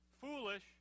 Foolish